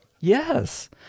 Yes